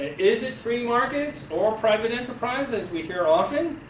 is it free market or private enterprise as we hear often?